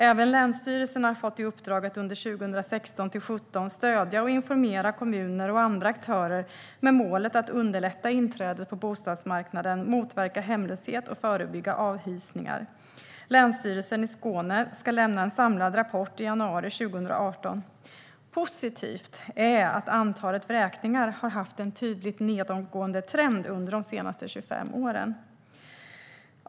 Även länsstyrelserna har fått i uppdrag att under 2016-2017 stödja och informera kommuner och andra aktörer med målet att underlätta inträdet på bostadsmarknaden, motverka hemlöshet och förebygga avhysningar. Länsstyrelsen i Skåne ska lämna en samlad slutrapport i januari 2018. Positivt är att antalet vräkningar har haft en tydligt nedåtgående trend under de senaste 25 åren.